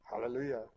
Hallelujah